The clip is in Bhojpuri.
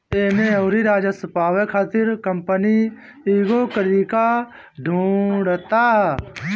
एमे अउरी राजस्व पावे खातिर कंपनी कईगो तरीका ढूंढ़ता